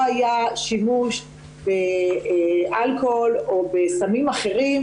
היה שימוש באלכוהול או בסמים אחרים,